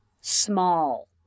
small